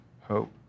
hope